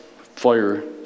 fire